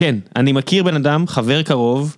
כן, אני מכיר בן אדם, חבר קרוב